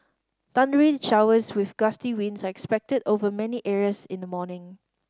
thundery showers with gusty winds are expected over many areas in the morning